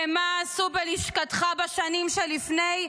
ומה עשו בלשכתך בשנים שלפני?